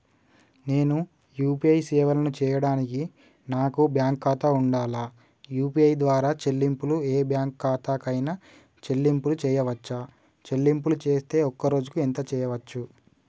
నేను యూ.పీ.ఐ సేవలను చేయడానికి నాకు బ్యాంక్ ఖాతా ఉండాలా? యూ.పీ.ఐ ద్వారా చెల్లింపులు ఏ బ్యాంక్ ఖాతా కైనా చెల్లింపులు చేయవచ్చా? చెల్లింపులు చేస్తే ఒక్క రోజుకు ఎంత చేయవచ్చు?